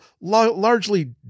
largely